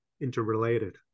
interrelated